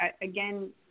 Again